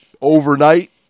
Overnight